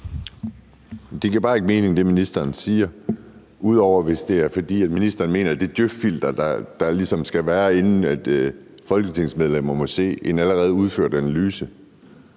giver bare ikke mening, ud over hvis det er, fordi ministeren mener det djøf-filter, der ligesom skal være, inden folketingsmedlemmerne må se en allerede udført analyse,